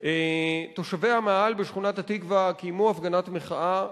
תושבי המאהל בשכונת-התקווה קיימו הפגנת מחאה.